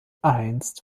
einst